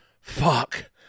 Fuck